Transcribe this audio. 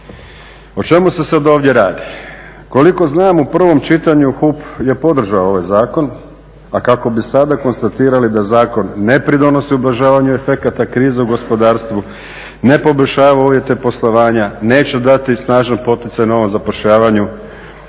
O čemu se sad ovdje radi? Koliko znam u prvom čitanju HUP je podržao ovaj zakon, a kako bi sada konstatirali da zakon ne pridonosi ublažavanju efekata krize u gospodarstvu, ne poboljšava uvjete poslovanja i neće dati snažan poticaj novom zapošljavanju?